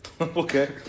Okay